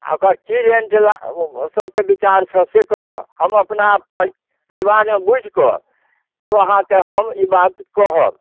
आ ओकरा की रेन्ट लाग सबके बिचार छौ से कहऽ हम अपना परिवारमे बुझि कऽ तब अहाँके हम ई बात कहब